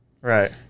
Right